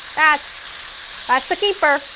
that's that's a keeper!